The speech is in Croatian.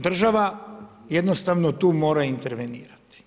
Država jednostavno tu mora intervenirati.